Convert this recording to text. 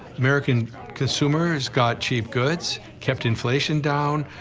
american consumers got cheap goods, kept inflation down.